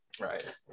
Right